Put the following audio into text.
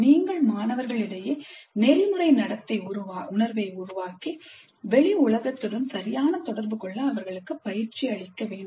நீங்கள் மாணவர்களிடையே நெறிமுறை நடத்தை உணர்வை உருவாக்கி வெளி உலகத்துடன் சரியான தொடர்பு கொள்ள அவர்களுக்கு பயிற்சி அளிக்க வேண்டும்